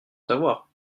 savoir